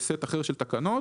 בסט אחר של תקנות.